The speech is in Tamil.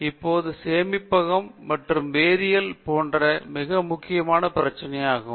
இப்போது சேமிப்பகம் மற்றும் வேதியியல் மாற்றம் மிக முக்கியமான பிரச்சனையாகும்